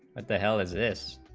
but the hell is this